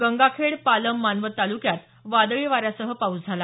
गंगाखेड पालम मानवत ताल्क्यात वादळी वाऱ्यासह पाऊस झाला